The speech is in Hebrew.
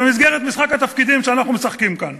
במסגרת משחק התפקידים שאנחנו משחקים כאן.